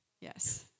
yes